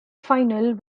final